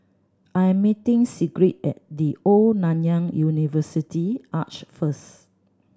I'm meeting Sigrid at The Old Nanyang University Arch first